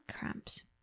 cramps